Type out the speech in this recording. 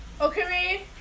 Okay